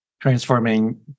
transforming